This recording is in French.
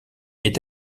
est